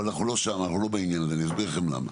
אנחנו לא שם, אני אסביר לכם למה.